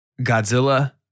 Godzilla